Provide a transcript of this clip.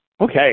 Okay